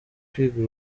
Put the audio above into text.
kwiga